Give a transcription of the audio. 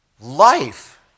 life